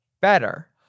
better